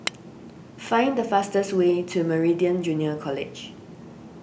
find the fastest way to Meridian Junior College